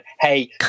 hey